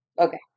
Okay